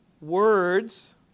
words